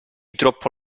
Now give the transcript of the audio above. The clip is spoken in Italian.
troppo